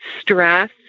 stress